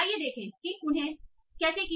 आइए देखें कि उन्होंने ऐसा कैसे किया